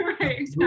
right